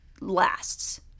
lasts